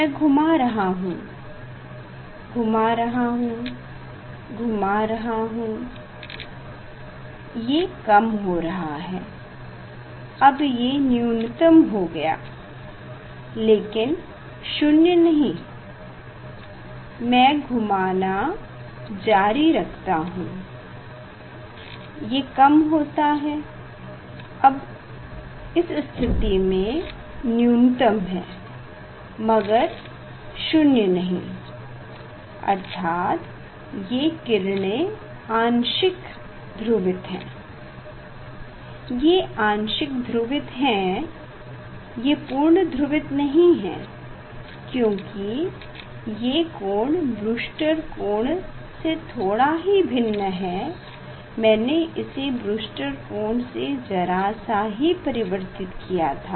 मै घुमा रहा हूँ घुमा रहा हूँ घुमा रहा हूँ ये कम हो रहा है अब ये न्यूनतम हो गया लेकिन शून्य नहीं मै घूमाना जारी रखता हूँ ये कम होता है अब इस स्थिति में न्यूनतम है मगर शून्य नहीं अर्थात ये किरणें आंशिक ये आंशिक ध्रुवित हैं ये पूर्ण ध्रुवित नहीं हैं क्यों कि ये कोण ब्रूसटर कोण से थोड़ा ही भिन्न हैं मैने इसे ब्रूसटर कोण से जरा सा ही परिवर्तित किया था